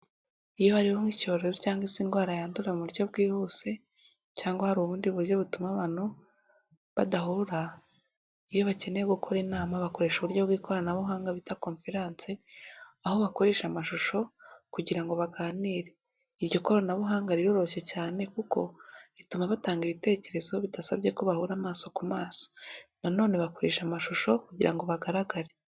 Iyo hariho nk'icyorezo cyangwa se indwara yandura mu buryo bwihuse cyangwa hari ubundi buryo butuma abantu badahura. Iyo bakeneye gukora inama bakoresha uburyo bw'ikoranabuhanga bita conference, aho bakoresha amashusho kugira ngo baganire. Iryo koranabuhanga riroroshye cyane kuko rituma batanga ibitekerezo bidasabye ko bahura amaso ku maso na none bakoresha amashusho kugira ngo bagaragare.